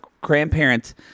grandparents